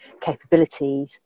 capabilities